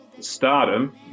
stardom